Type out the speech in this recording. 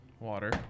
Water